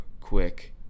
quick